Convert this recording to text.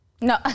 No